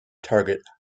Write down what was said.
target